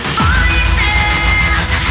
Voices